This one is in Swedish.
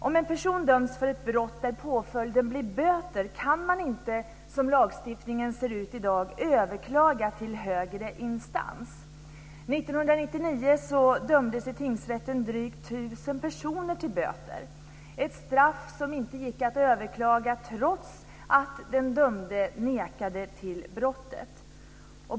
Om en person döms för ett brott där påföljden blir böter kan man inte, som lagstiftningen ser ut i dag, överklaga till högre instans. År 1999 dömdes i tingsrätten drygt tusen personer till böter, ett straff som inte gick att överklaga trots att den dömde nekade till brottet.